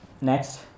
Next